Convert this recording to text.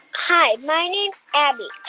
hi. my name's abby.